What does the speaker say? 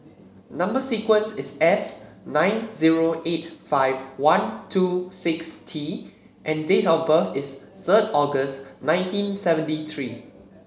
number sequence is S nine zero eight five one two six T and date of birth is third August nineteen seventy three